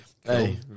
Hey